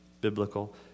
biblical